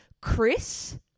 Chris